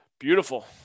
Beautiful